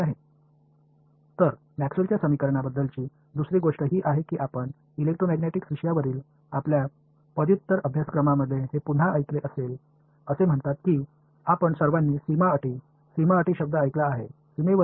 எனவே மேக்ஸ்வெல்லின் Maxwell's சமன்பாடுகளைப் பற்றிய மற்ற விஷயம் என்னவென்றால் எலெக்ட்ரோமேக்னெட்டிக்ஸ் குறித்து இளங்கலை படிப்பில் இதை நீங்கள் கேள்விப்பட்டிருப்பீர்கள் பௌண்டரி கண்டிஷன்ஸ் என்ற வார்த்தையை நீங்கள் அனைவரும் கேட்டிருக்கிறீர்கள்